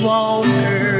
Walker